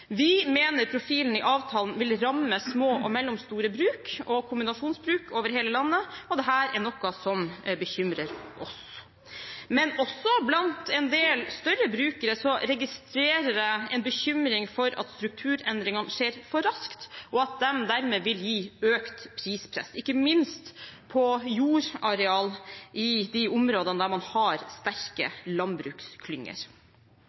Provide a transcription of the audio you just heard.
Vi mener profilen i avtalen vil ramme små og mellomstore bruk og kombinasjonsbruk over hele landet, og dette er noe som bekymrer oss. Men også blant en del større brukere registrerer jeg en bekymring for at strukturendringene skjer for raskt, og at de dermed vil gi økt prispress, ikke minst på jordareal i de områdene der man har